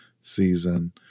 season